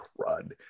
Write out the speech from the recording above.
crud